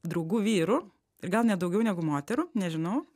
draugų vyrų ir gal net daugiau negu moterų nežinau